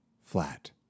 flat